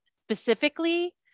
specifically